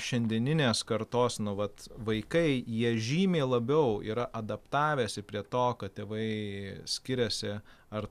šiandieninės kartos nu vat vaikai jie žymiai labiau yra adaptavęsi prie to kad tėvai skiriasi ar